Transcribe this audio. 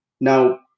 Now